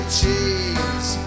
cheese